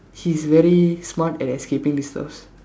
he's very smart and escaping this stuff